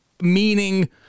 meaning